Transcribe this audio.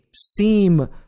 seem